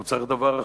הוא צריך דבר אחר,